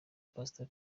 producer